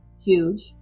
huge